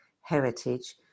heritage